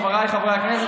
חבריי חברי הכנסת,